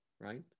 Right